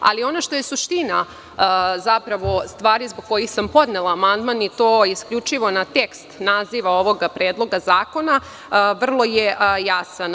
Ali, ono što je suština, zapravo, stvari zbog kojih sam podnela amandman i to isključivo na tekst naziva ovoga predloga zakona, vrlo je jasan.